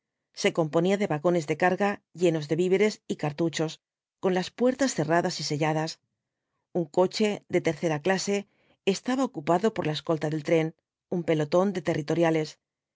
se componía de vagones de carga llenos de víveres y cartuchos con las puertas cerradas y selladas un coche de tercera clase estaba ocupado por la escolta del tren un pelotón de territoriales